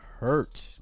hurt